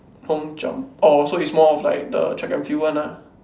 long jump orh so it's more of like the track and field one lah